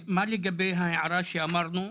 מה לגבי ההערה שאמרנו?